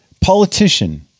politician